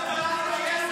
אתם לא עושים